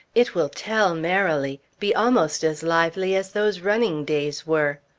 it will tell merrily be almost as lively as those running days were.